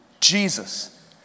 Jesus